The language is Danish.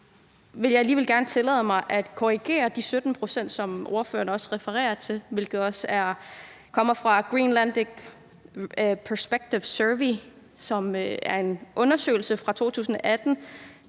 jeg alligevel gerne tillade mig at korrigere de 17 pct., som ordføreren refererer til, og som kommer fra Greenlandic Perspectives Survey. Det er en undersøgelse fra 2018,